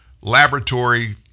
laboratory